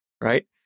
Right